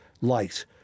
light